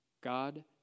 God